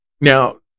Now